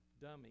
dummy